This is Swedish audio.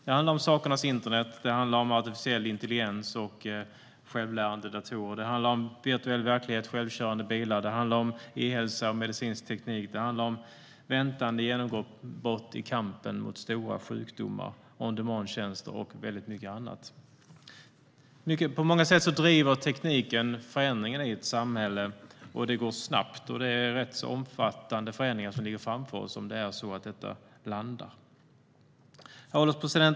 Det handlar om Sakernas internet, artificiell intelligens och självlärande datorer. Det handlar om virtuell verklighet, självkörande bilar, E-hälsa, medicinsk teknik, och det handlar om väntade genombrott i kampen mot stora sjukdomar, om on demand-tjänster och väldigt mycket annat. På många sätt driver tekniken förändringarna i ett samhälle. Det går snabbt, och det är rätt omfattande förändringar som ligger framför oss om detta landar. Herr ålderspresident!